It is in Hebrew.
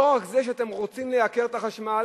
לא רק שאתם רוצים לייקר את החשמל,